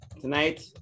Tonight